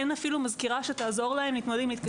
אין אפילו מזכירה שתתקשר להורים.